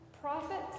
prophet